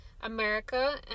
America